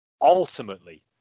ultimately